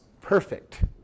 perfect